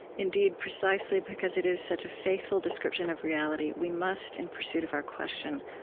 indeed, precisely because it is such a faithful description of reality, we must, in pursuit of our question,